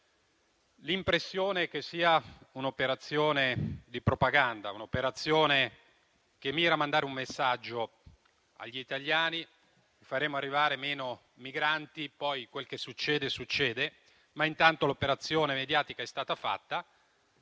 l'impressione è che sia un'operazione di propaganda, che mira a mandare un messaggio agli italiani: faremo arrivare meno migranti, poi quel che succede succede, ma intanto l'operazione mediatica è stata fatta.